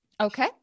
Okay